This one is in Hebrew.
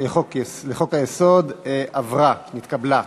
לחוק-היסוד התקבלה.